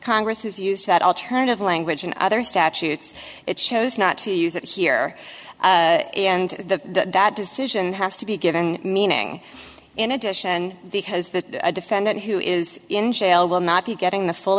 congress has used that alternative language in other statutes it chose not to use it here and the decision has to be given meaning in addition because the defendant who is in jail will not be getting the full